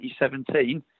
2017